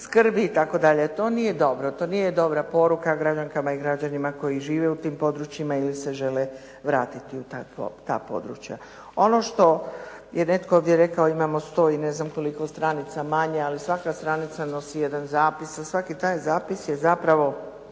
skrbi itd. To nije dobro, to nije dobra poruka građankama i građanima koji žive u tim područjima ili se žele vratiti u ta područja. Ono što je netko ovdje rekao imamo 100 i ne znam koliko stranica manje ali svaka stranica nosi jedan zapis a svaki taj zapis je zapravo